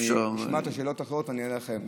אני אשמע את השאלות האחרות ואני אענה גם לך וגם,